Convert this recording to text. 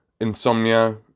insomnia